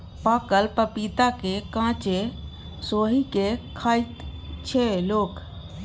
पाकल पपीता केँ कांचे सोहि के खाइत छै लोक